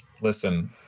listen